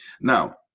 Now